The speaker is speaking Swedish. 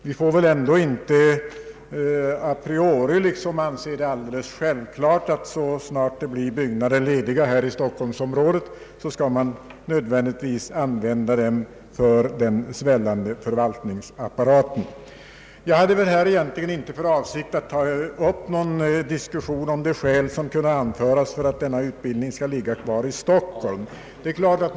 Vi får ändå inte a priori anse det helt självklart att så snart byggnader blir lediga i Stockholmsområdet dessa nödvändigtvis skall användas för den svällande förvaltningsapparaten. Jag hade egentligen inte för avsikt att ta upp någon diskussion om de skäl som kan anföras för att denna utbildning skall ligga kvar i Stockholm.